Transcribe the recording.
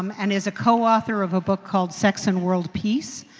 um and is a co-author of a book called sex and world peace,